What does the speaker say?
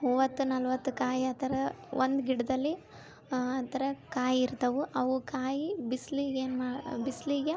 ಮೂವತ್ತು ನಲವತ್ತು ಕಾಯಿ ಆ ಥರ ಒಂದು ಗಿಡದಲ್ಲಿ ಆ ಥರ ಕಾಯಿ ಇರ್ತಾವು ಅವು ಕಾಯಿ ಬಿಸ್ಲಿಗೇನು ಮಾ ಬಿಸಿಲಿಗೆ